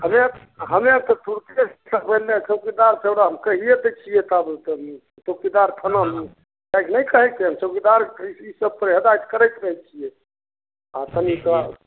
हम्मे हम्मे तऽ तुरते सब इन्ने चौकीदार छै कहिए दै छियै तब चौकीदार थानामे जाके नहि कहै छै चौकीदारके ईसब पर हिदायत करैत रहै छियै आ तनी कऽ